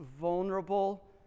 vulnerable